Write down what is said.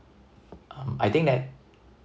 um I think that